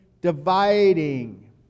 dividing